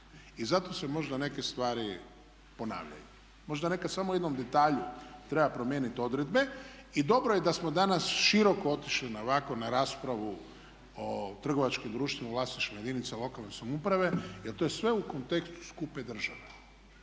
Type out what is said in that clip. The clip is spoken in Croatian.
I zato se možda neke stvari ponavljaju. Možda nekad samo u jednom detalju treba promijeniti odredbe i dobro je da smo danas široko otišli ovako na raspravu o trgovačkim društvima u vlasništvu jedinica lokalne samouprave, jer to je sve u kontekstu skupe države,